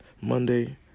Monday